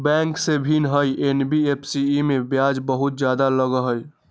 Bank से भिन्न हई एन.बी.एफ.सी इमे ब्याज बहुत ज्यादा लगहई?